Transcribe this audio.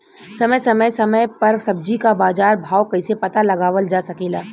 समय समय समय पर सब्जी क बाजार भाव कइसे पता लगावल जा सकेला?